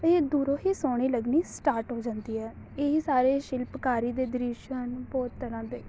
ਇਹ ਦੂਰੋਂ ਹੀ ਸੋਹਣੀ ਲੱਗਣੀ ਸਟਾਰਟ ਹੋ ਜਾਂਦੀ ਹੈ ਇਹੀ ਸਾਰੇ ਸ਼ਿਲਪਕਾਰੀ ਦੇ ਦ੍ਰਿਸ਼ ਹਨ ਬਹੁਤ ਤਰ੍ਹਾਂ ਦੇ